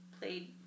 played